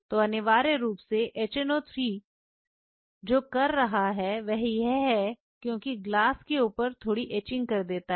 तो अनिवार्य रूप से HNO3 जो कर रहा है वह यह है क्यों ग्लास के ऊपर थोड़ी एचिंग कर देता है